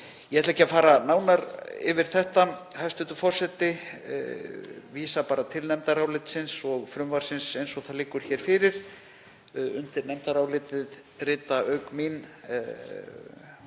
Ég ætla ekki að fara nánar yfir þetta, hæstv. forseti, ég vísa bara til nefndarálitsins og frumvarpsins eins og það liggur fyrir. Undir nefndarálitið rita auk mín